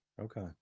Okay